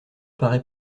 paraît